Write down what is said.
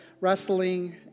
wrestling